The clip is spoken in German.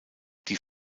die